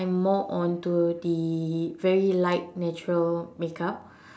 I'm more onto the very light natural makeup